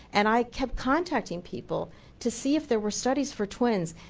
and i kept contacting people to see if there were study for twins.